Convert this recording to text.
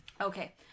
Okay